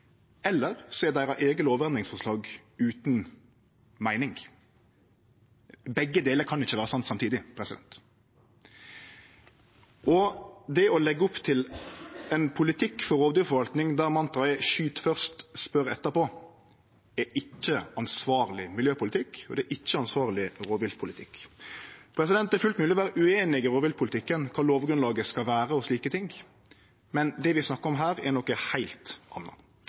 eller så er deira eige lovendringsforslag utan meining. Begge delar kan ikkje vere sant samtidig. Det å leggje opp til ein politikk for rovdyrforvaltning der mantraet er «skyt først og spør etterpå», er ikkje ansvarleg miljøpolitikk, og det er ikkje ansvarleg rovviltpolitikk. Det er fullt mogleg å vere ueinig i rovviltpolitikken, kva lovgrunnlaget skal vere og slike ting, men det vi snakkar om her, er noko heilt anna.